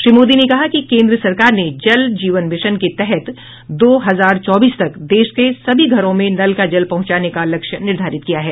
श्री मोदी ने कहा कि केन्द्र सरकार ने जल जीवन मिशन के तहत दो हजार चौबीस तक देश के सभी घरों में नल का जल पहुंचाने का लक्ष्य निर्धारित किया है